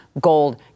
gold